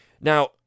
Now